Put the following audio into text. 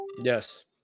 Yes